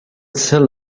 sell